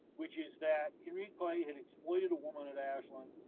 which is that henry clay had exploited a woman at ashland,